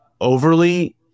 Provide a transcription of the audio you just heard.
overly